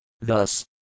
Thus